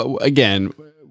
again